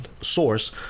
source